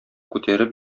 күтәреп